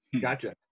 Gotcha